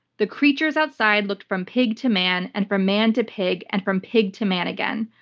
the creatures outside looked from pig to man and from man to pig and from pig to man again.